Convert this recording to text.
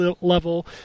level